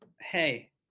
Hey